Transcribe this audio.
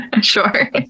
sure